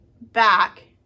back